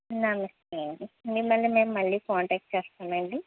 నమస్తే అండి మిమ్మల్ని మేము మళ్ళీ కాంటాక్ట్ చేస్తాం అండి